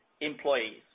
employees